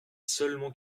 seulement